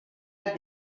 amb